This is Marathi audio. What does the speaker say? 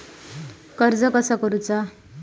कर्ज कसा करूचा?